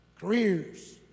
careers